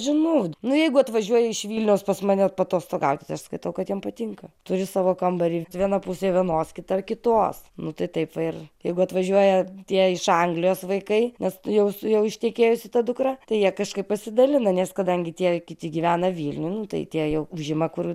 žinau nu jeigu atvažiuoja iš vilniaus pas mane paatostogauti tai aš skaitau kad jom patinka turi savo kambarį viena pusė vienos kita kitos nu tai taip ir jeigu atvažiuoja tie iš anglijos vaikai nes jau jau ištekėjusi ta dukra tai jie kažkaip pasidalina nes kadangi tie kiti gyvena vilniuj nu tai tie jau užima kur